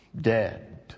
Dead